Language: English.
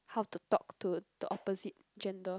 how to talk to the opposite gender